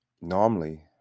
normally